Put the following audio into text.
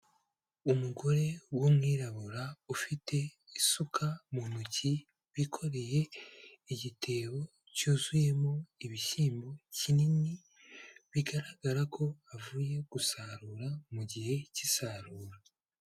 Umugore w'umwirabura ufite isuka mu ntoki, wikoreye igitebo cyuzuyemo ibishyimbo kinini, bigaragara ko avuye gusarura mu gihe cy'isarura.